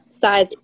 size